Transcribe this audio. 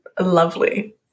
lovely